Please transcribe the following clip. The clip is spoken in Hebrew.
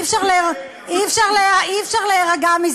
מה עם הפוליגמיה?